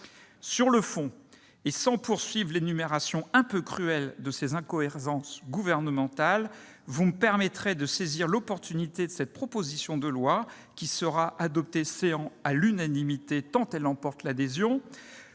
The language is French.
Sur le fond, et sans poursuivre l'énumération un peu cruelle de ces incohérences gouvernementales, vous me permettrez de saisir l'opportunité de l'examen de cette proposition de loi, qui sera adoptée céans à l'unanimité, tant elle emporte l'adhésion,